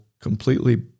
completely